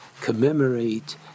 commemorate